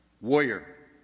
Warrior